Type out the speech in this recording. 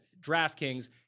DraftKings